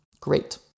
Great